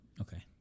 Okay